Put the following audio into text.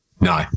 No